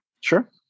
Sure